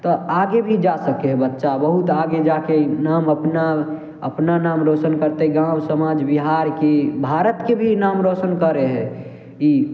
तऽ आगे भी जा सकय हय बच्चा बहुत आगे जाके नाम अपना अपना नाम रौशन करते गाँव समाज बिहार की भारतके भी नाम रौशन करय हइ ई